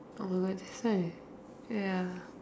on website ya